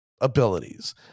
abilities